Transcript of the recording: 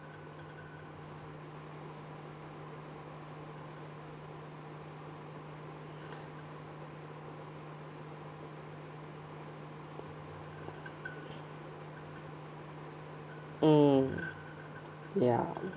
mm ya